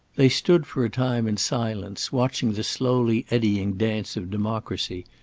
they stood for a time in silence, watching the slowly eddying dance of democracy,